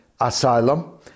asylum